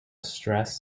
stress